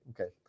Okay